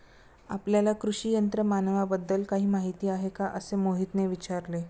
आपल्याला कृषी यंत्रमानवाबद्दल काही माहिती आहे का असे मोहितने विचारले?